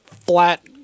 flat